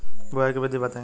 बुआई के विधि बताई?